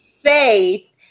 faith